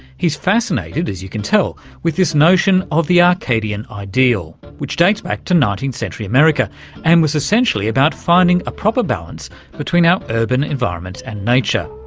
he's fascinated, as you can tell, with this notion of the arcadian ideal, which dates back to nineteenth century america and was essentially about finding a proper balance between our urban environments and nature.